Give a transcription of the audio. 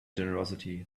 generosity